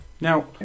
now